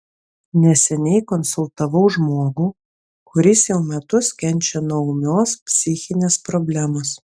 neseniai konsultavau žmogų kuris jau metus kenčia nuo ūmios psichinės problemos